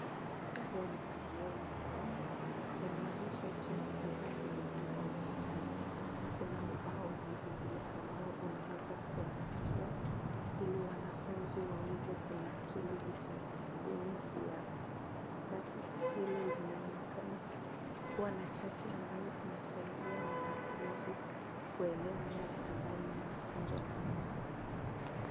Haya ni maeneo ya darasa yanaonyesha chati ambayo imewekwa ukutani, kuna ubao vilevile ambao unaweza kuandikia ili wanafunzi waweze kunakili vitabuni vyao, darasa hili linaonekana kuwa na chati ambayo inasaidia wanafunzi kuelewa yale ambayo yanafunzwa na mwalimu.